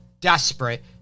desperate